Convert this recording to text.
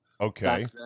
Okay